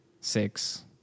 six